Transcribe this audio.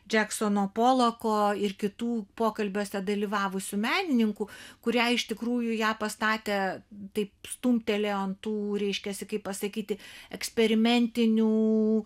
džeksono poloko ir kitų pokalbiuose dalyvavusių menininkų kurie iš tikrųjų ją pastatė taip stumtelėjo ant tų reiškiasi kaip pasakyti eksperimentinių